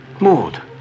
Maud